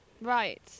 Right